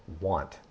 want